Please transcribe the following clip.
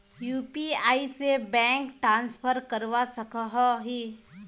UPI से bank transfer करवा सकोहो ही?